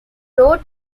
wrote